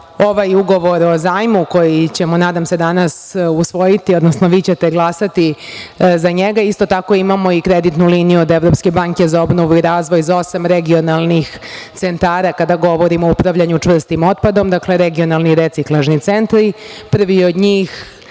ovaj ugovor o zajmu koji ćemo, nadam se, danas usvojiti, odnosno vi ćete glasati za njega, isto tako imamo i kreditnu liniju od Evropske banke za obnovu i razvoj za osam regionalnih centara kada govorimo o upravljanju čvrstim otpadom, regionalnim reciklažni centri. Prvi od njih